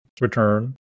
return